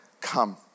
come